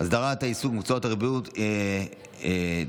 הסדרת העיסוק במקצועות הבריאות (תיקון מס'